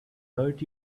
hurt